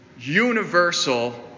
universal